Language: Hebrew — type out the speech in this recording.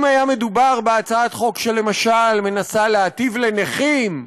אם היה מדובר בהצעת חוק שלמשל מנסה להיטיב עם נכים,